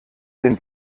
den